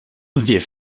wir